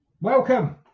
Welcome